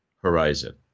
horizon